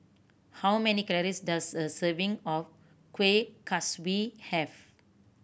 how many calories does a serving of Kueh Kaswi have